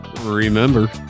Remember